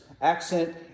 accent